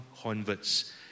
converts